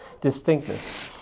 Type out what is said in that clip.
Distinctness